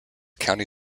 county